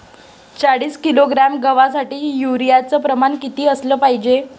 चाळीस किलोग्रॅम गवासाठी यूरिया च प्रमान किती असलं पायजे?